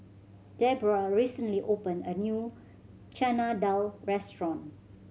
Debbra recently opened a new Chana Dal restaurant